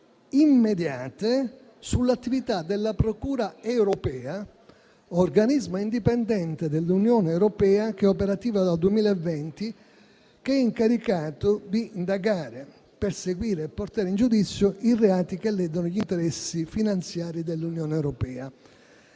immediate sull'attività della procura europea, organismo indipendente dell'Unione europea operativo dal 2020 e incaricato di indagare, perseguire e portare in giudizio i reati che ledono gli interessi finanziari dell'Unione europea.